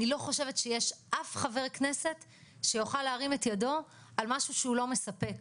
אני לא חושבת שיש אף חבר כנסת שיוכל להרים את ידו על משהו שהוא לא מספק.